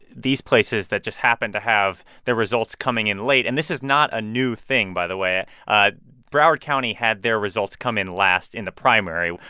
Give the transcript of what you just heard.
these places that just happened to have their results coming in late. and this is not a new thing, by the way. ah broward county had their results come in last in the primary,